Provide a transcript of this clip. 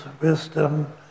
wisdom